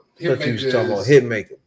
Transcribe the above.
hitmaker